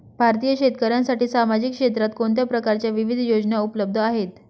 भारतीय शेतकऱ्यांसाठी सामाजिक क्षेत्रात कोणत्या प्रकारच्या विविध योजना उपलब्ध आहेत?